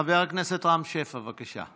חבר הכנסת רם שפע, בבקשה.